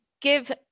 give